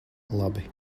labi